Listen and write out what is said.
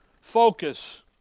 focus